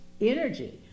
energy